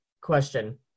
Question